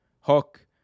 Hook